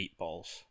meatballs